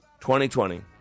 2020